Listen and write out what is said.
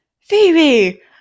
phoebe